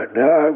no